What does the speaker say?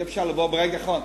אי-אפשר לבוא ברגע האחרון.